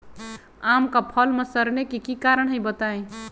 आम क फल म सरने कि कारण हई बताई?